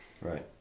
right